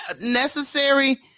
necessary